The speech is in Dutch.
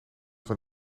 van